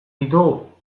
ditugu